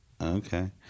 okay